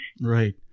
Right